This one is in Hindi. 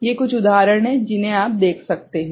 ये कुछ उदाहरण हैं जिन्हें आप देख सकते हैं